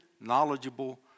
knowledgeable